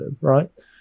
right